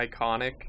iconic